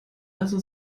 also